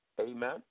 Amen